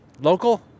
local